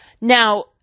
Now